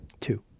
Two